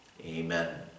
Amen